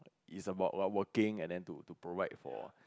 is about we're working and to to provide for